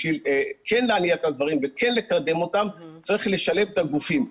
בשביל כן להניע את הדברים וכן לקדם אותם צריך לשלב את הגופים.